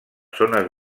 zones